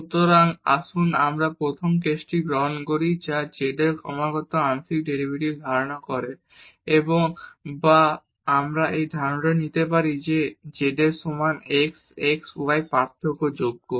সুতরাং আসুন আমরা প্রথম কেসটি গ্রহণ করি যা z এর ক্রমাগত আংশিক ডেরিভেটিভস ধারণ করে বা আমরা এই ধারণাটিও নিতে পারি যে এই z এর সমান f x y পার্থক্যযোগ্য